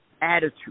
attitude